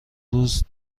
روز